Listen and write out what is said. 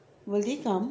will they come